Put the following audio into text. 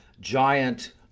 giant